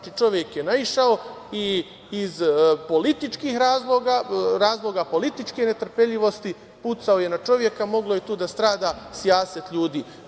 Čovek je naišao i iz političkih razloga, razloga političke netrpeljivosti pucao je na čoveka, moglo je tu da strada sijaset ljudi.